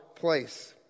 place